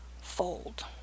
fold